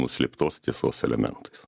nuslėptos tiesos elementas